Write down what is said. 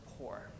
poor